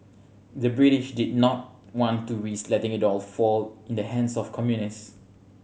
the British did not want to risk letting it all fall in the hands of communists